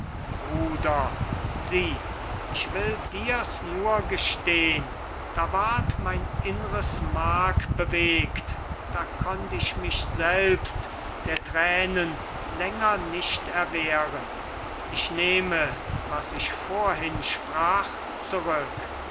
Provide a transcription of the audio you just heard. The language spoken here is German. bruder sieh ich will dir's nur gestehn da ward mein innres mark bewegt da konnt ich mich selbst der thränen länger nicht erwehren ich nehme was ich vorhin sprach zurück